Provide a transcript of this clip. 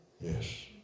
Yes